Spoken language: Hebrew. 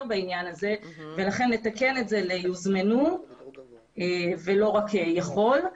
בעניין הזה ולכן לתקן את זה ל-יוזמנו ולא רק יכול.